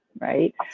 right